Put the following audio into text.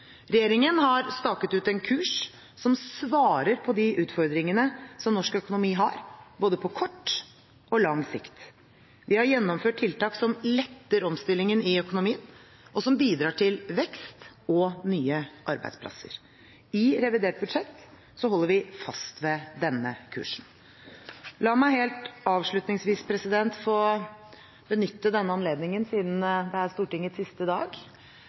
Regjeringen har staket ut en kurs som svarer på de utfordringene som norsk økonomi har på både kort og lang sikt. Vi har gjennomført tiltak som letter omstillingen i økonomien, og som bidrar til vekst og nye arbeidsplasser. I revidert budsjett holder vi fast ved denne kursen. La meg helt avslutningsvis få benytte denne anledningen, siden det er Stortingets siste dag,